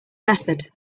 method